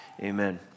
Amen